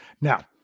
now